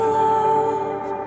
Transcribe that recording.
love